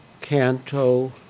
Canto